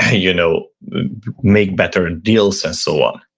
you know make better and deals and so on.